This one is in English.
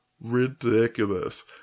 ridiculous